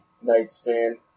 nightstand